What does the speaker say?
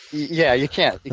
yeah, you can't.